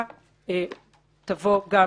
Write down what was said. תבוא גם